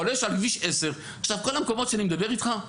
חולש על כביש 10. כל המקומות שאני מדבר איתך,